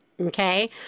okay